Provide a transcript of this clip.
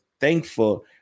thankful